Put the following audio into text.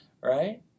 right